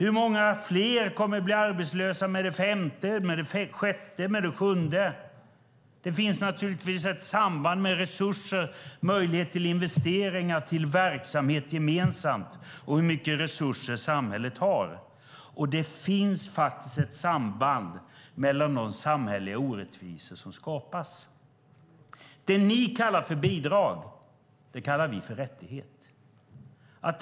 Hur många fler kommer att bli arbetslösa med det femte, sjätte, sjunde? Det finns naturligtvis ett samband mellan hur mycket resurser samhället har och möjligheten till investeringar i verksamheter som är gemensamma. Där finns faktiskt ett samband vad gäller de samhälleliga orättvisor som skapas. Det som Alliansen kallar bidrag kallar vi rättighet.